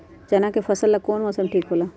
चाना के फसल ला कौन मौसम ठीक होला?